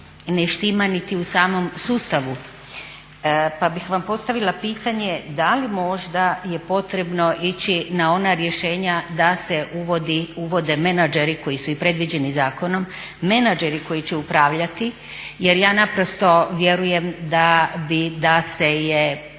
ne štima niti u samom sustavu. Pa bih vam postavila pitanje da li možda je potrebno ići na ona rješenja da se uvode menadžeri koji su i predviđeni zakonom, menadžeri koji će upravljati jer ja naprosto vjerujem da se je